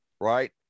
right